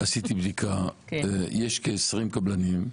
עשיתי בדיקה ויש כ-20 קבלנים.